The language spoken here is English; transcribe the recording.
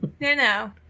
no